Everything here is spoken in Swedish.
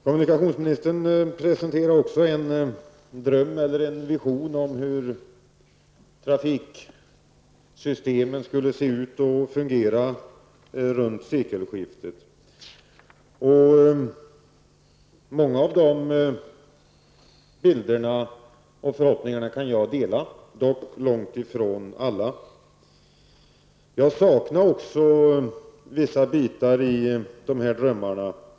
Kommunikationsministern presenterade också en dröm eller vision om hur trafiksystemet skulle se ut och fungera omkring sekelskiftet. Jag kan dela många av visionerna och förhoppningarna, dock långt ifrån alla. Jag saknade också vissa delar i visionerna.